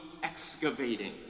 excavating